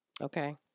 okay